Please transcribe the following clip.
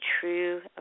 true